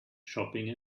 shopping